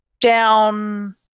Down